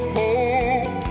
hope